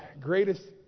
greatest